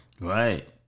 Right